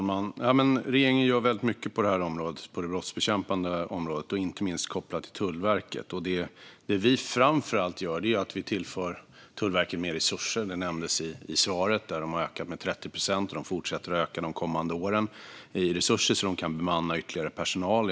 Fru talman! Regeringen gör väldigt mycket på det brottsbekämpande området, inte minst kopplat till Tullverket. Det vi framför allt gör är att vi tillför Tullverket mer resurser. Jag nämnde detta i svaret. De har ökat med 30 procent, och de fortsätter att öka de kommande åren. Det är resurser så att man kan bemanna med ytterligare personal.